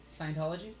Scientology